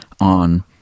on